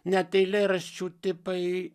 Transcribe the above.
net eilėraščių tipai